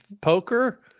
poker